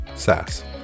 sass